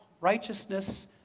righteousness